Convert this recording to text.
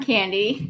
Candy